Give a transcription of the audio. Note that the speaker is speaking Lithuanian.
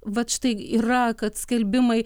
vat štai yra kad skelbimai